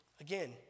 Again